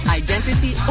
identity